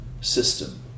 system